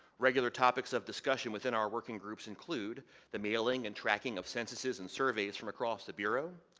regular topics of discussions within our working groups include the mailing and tracking of censuses and surveyes from across the bureau,